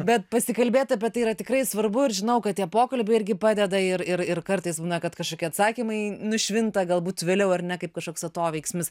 bet pasikalbėt apie tai yra tikrai svarbu ir žinau kad tie pokalbiai irgi padeda ir ir ir kartais būna kad kažkokie atsakymai nušvinta galbūt vėliau ar ne kaip kažkoks atoveiksmis